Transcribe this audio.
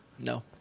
no